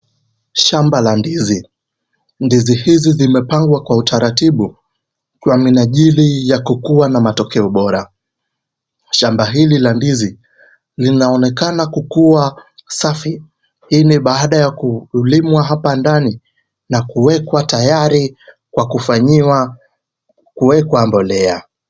Shamba la ndizi ,ndizi hizi zimepangwa kwa utaratibu kwa minajili ya kukua na matokeo bora ,shamba hili la ndizi linaonekana kukua safi , hii ni baada ya kulimwa hapa ndani na kuwekwa tayari kwa kufanyiwa kuwekwa mbolea.